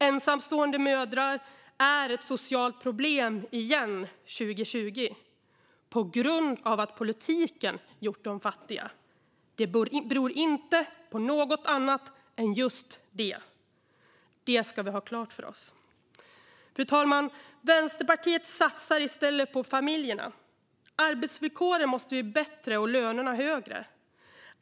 Ensamstående mödrar är ett socialt problem igen 2020 på grund av att politiken gjort dem fattiga. Det beror inte på något annat än det. Detta ska vi ha klart för oss. Fru talman! Vänsterpartiet satsar i stället på familjerna. Arbetsvillkoren måste bli bättre och lönerna högre.